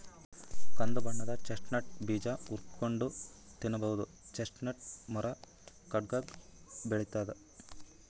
ಕಂದ್ ಬಣ್ಣದ್ ಚೆಸ್ಟ್ನಟ್ ಬೀಜ ಹುರ್ಕೊಂನ್ಡ್ ತಿನ್ನಬಹುದ್ ಚೆಸ್ಟ್ನಟ್ ಮರಾ ಕಾಡ್ನಾಗ್ ಬೆಳಿತದ್